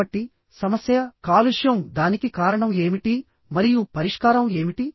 కాబట్టి సమస్య కాలుష్యం దానికి కారణం ఏమిటి మరియు పరిష్కారం ఏమిటి